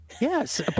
Yes